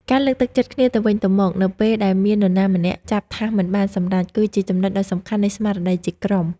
ការលើកទឹកចិត្តគ្នាទៅវិញទៅមកនៅពេលដែលមាននរណាម្នាក់ចាប់ថាសមិនបានសម្រេច គឺជាចំណុចដ៏សំខាន់នៃស្មារតីជាក្រុម។